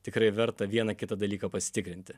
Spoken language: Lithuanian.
tikrai verta vieną kitą dalyką pasitikrinti